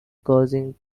causing